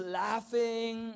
laughing